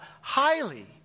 highly